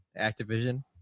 Activision